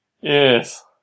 Yes